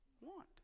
want